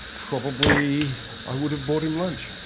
probably i would have bought him lunch.